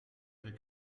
del